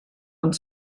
und